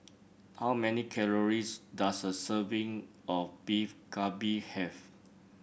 how many calories does a serving of Beef Galbi have